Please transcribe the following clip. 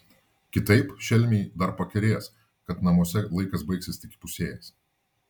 kitaip šelmiai dar pakerės kad namuose laikas baigsis tik įpusėjęs